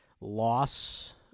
loss